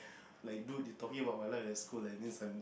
like dude you talking about my life at school and then some